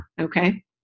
okay